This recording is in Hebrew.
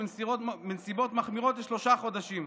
ובנסיבות מחמירות זה שלושה חודשים,